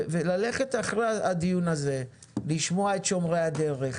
וללכת אחרי הדיון הזה לשמוע את שומרי הדרך,